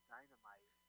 Dynamite